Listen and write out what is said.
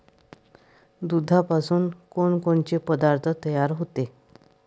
दुधापासून कोनकोनचे पदार्थ तयार होते?